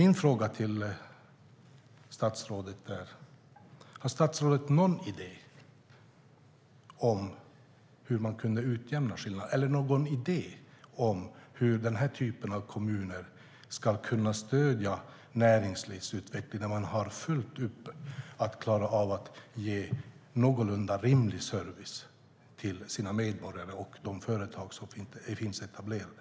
Min fråga till statsrådet är: Har statsrådet någon idé om hur man kan utjämna skillnaderna eller någon idé om hur den här typen av kommuner ska kunna stödja näringslivsutvecklingen när de har fullt upp att klara av att ge någorlunda rimlig service till sina medborgare och de företag som finns etablerade?